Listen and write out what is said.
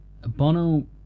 Bono